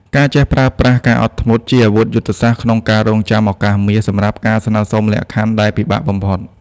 ការចេះប្រើប្រាស់ "ការអត់ធ្មត់" ជាអាវុធយុទ្ធសាស្ត្រក្នុងការរង់ចាំឱកាសមាសសម្រាប់ការស្នើសុំលក្ខខណ្ឌដែលពិបាកបំផុត។